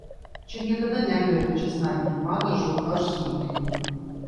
čia niekada nekvepia česnakiniu padažu ar sultiniu